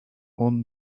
won